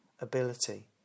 ability